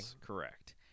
Correct